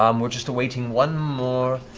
um we're just awaiting one more.